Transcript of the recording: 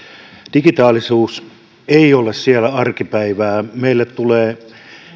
digitaalisuus ei ole siellä arkipäivää meille tulee